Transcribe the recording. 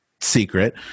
secret